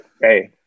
hey